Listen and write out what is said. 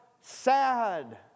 sad